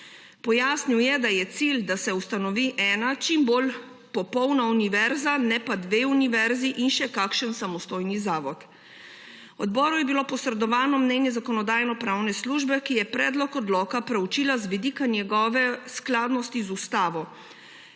Pojasnil je, da je cilj, da se ustanovi ena čim bolj popolna univerza, ne pa dve univerzi in še kakšen samostojni zavod. Odboru je bilo posredovano mnenje Zakonodajno-pravne službe, ki je predlog odloka preučila z vidika njegove skladnosti z ustavo,